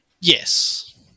Yes